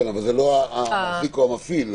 זה לא המחזיק או המפעיל.